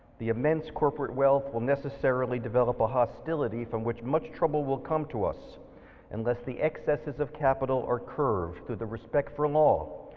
the immense corporate wealth will necessarily develop a hostility from which much trouble will come to us unless the excesses of capital are curbed through the respect for law,